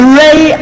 ray